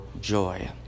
joy